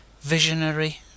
Visionary